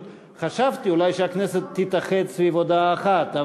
חשבתי שאולי הכנסת תתאחד סביב הודעה אחת.